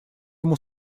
ему